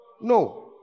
No